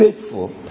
faithful